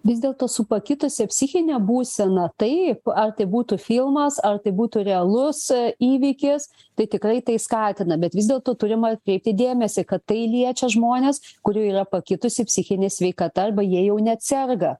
vis dėlto su pakitusia psichine būsena taip ar tai būtų filmas ar tai būtų realus įvykis tai tikrai tai skatina bet vis dėlto turim atkreipti dėmesį kad tai liečia žmones kurių yra pakitusi psichinė sveikata arba jie jau net serga